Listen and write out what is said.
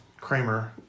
Kramer